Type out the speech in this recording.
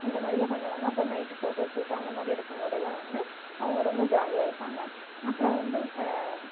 இந்த மாதிரிலாம் பண்ணுவாங்க அப்புறம் நைட்டு ஃபோட்டோ ஷூட் அந்த மாதிரி எடுக்கும் போதெல்லாம் வந்து அவங்க ரொம்ப ஜாலியாக இருப்பாங்க அப்புறம் வந்து